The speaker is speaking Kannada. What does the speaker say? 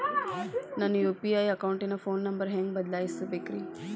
ನನ್ನ ಯು.ಪಿ.ಐ ಅಕೌಂಟಿನ ಫೋನ್ ನಂಬರ್ ಹೆಂಗ್ ಬದಲಾಯಿಸ ಬೇಕ್ರಿ?